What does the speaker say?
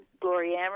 Gloria